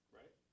right